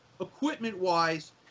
equipment-wise